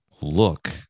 look